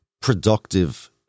productive